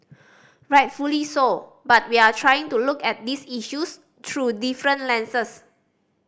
rightfully so but we are trying to look at these issues through different lenses